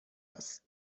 است